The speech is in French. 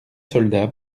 soldat